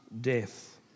death